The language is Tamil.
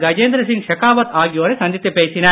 கஜேந்திரசிங் ஷெகாவத் ஆகியோரை சந்தித்துப் பேசினர்